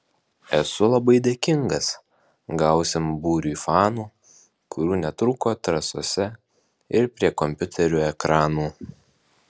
esu labai dėkingas gausiam būriui fanų kurių netrūko trasose ir prie kompiuterių ekranų